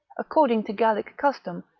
according to gallic custom,